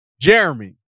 Jeremy